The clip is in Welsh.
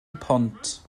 pont